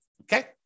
okay